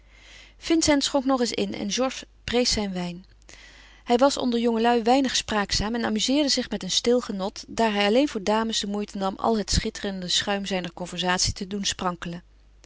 vincent schonk nog eens in en georges prees zijn wijn hij was onder jongelui weinig spraakzaam en amuzeerde zich met een stil genot daar hij alleen voor dames de moeite nam al het schitterende schuim zijner conversatie te doen sprankelen